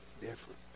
different